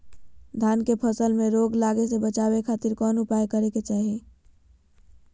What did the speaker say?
धान के फसल में रोग लगे से बचावे खातिर कौन उपाय करे के चाही?